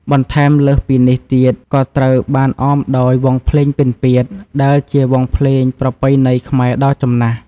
បន្ថែមលើសពីនេះទៀត ក៏ត្រូវបានអមដោយ វង់ភ្លេងពិណពាទ្យ ដែលជាវង់ភ្លេងប្រពៃណីខ្មែរដ៏ចំណាស់។